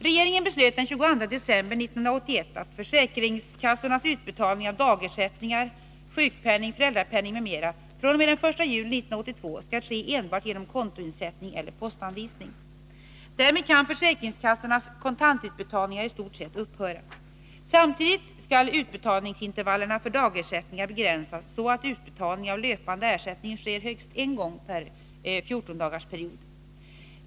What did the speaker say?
Regeringen beslöt den 22 december 1981 att försäkringskassornas utbetalning av dagersättningar — sjukpenning, föräldrapenning m.m. — fr.o.m. den 1 juli 1982 skall ske enbart genom kontoinsättning eller postanvisning. Därmed kan försäkringskassornas kontantutbetalningar i stort sett upphöra. Samtidigt skall utbetalningsintervallerna för dagersättning begränsas så att utbetalning av löpande ersättning sker högst en gång per 14-dagarsperiod.